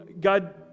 God